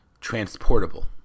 transportable